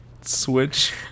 Switch